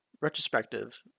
retrospective